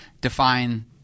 define